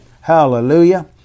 Hallelujah